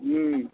हम्म